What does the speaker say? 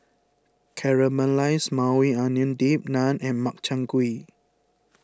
Caramelized Maui Onion Dip Naan and Makchang Gui